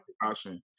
precaution